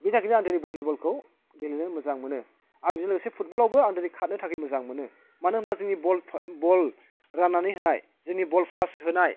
बेनि थाखायनो आं दिनै भलिबलखौ गेलेनो मोजां मोनो आरो बेजों लोगोसे फुटबलावबो आं दिनै खारनो थाखाय मोजां मोनो मानो होनोब्ला जोंनि बल बल राननानै होनाय जोंनि बल पास होनाय